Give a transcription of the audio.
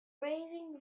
raised